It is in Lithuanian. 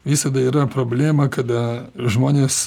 visada yra problema kada žmonės